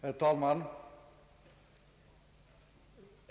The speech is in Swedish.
Herr talman!